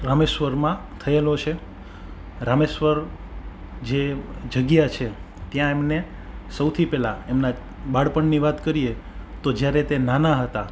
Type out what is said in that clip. રામેશ્વરમાં થયેલો છે રામેશ્વર જે જગ્યા છે ત્યાં એમને સૌથી પહેલા એમના બાળપણની વાત કરીએ તો જ્યારે તે નાના હતા